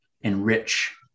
enrich